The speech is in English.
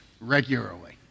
regularly